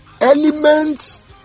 elements